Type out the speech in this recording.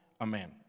amen